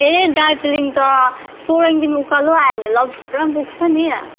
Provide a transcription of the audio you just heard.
ए दार्जिलिङ त सोरेङदेखि उकालो आयो भने लप्चूबाट पुग्छ नि